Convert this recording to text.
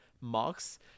Mark's